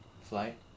flight